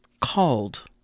called